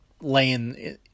laying